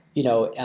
you know,